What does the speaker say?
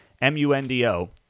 M-U-N-D-O